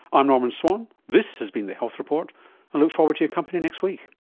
ah norman swan, this has been the health report, i look forward to your company next week